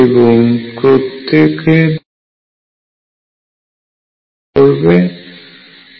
এবং প্রত্যেকে দুটি করে ইলেকট্রন ধারণ করবে